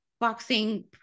boxing